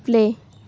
play